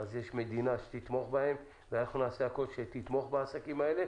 יש מדינה שתתמוך בהם ואנחנו נעשה הכול שתתמוך בעסקים האלה,